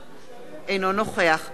אינו נוכח עינת וילף,